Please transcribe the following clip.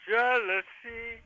Jealousy